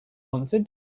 answered